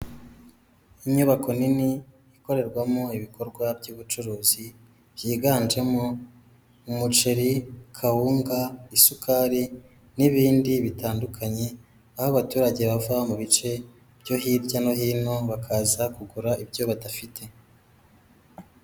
Inyubako nini ikorerwamo ibikorwa by'ubucuruzi, byiganjemo umuceri, kawunga, isukari, n'ibindi bitandukanye, aho abaturage bava mu bice byo hirya no hino, bakaza kugura ibyo badafite.